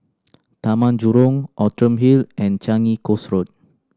Taman Jurong Outram Hill and Changi Coast Road